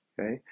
okay